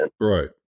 right